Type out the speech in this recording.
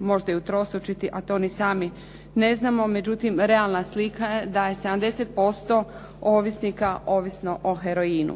možda i utrostručiti, a to ni sami ne znamo, međutim realna slika je da je 70% ovisnika ovisno o heroinu.